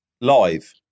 Live